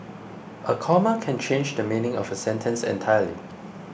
a comma can change the meaning of a sentence entirely